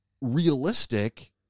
realistic